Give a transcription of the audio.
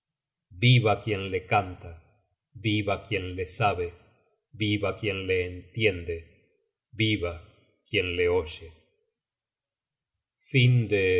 viva quien le canta viva quien le sabe viva quien le entiende viva quien le oye